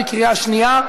בקריאה שנייה.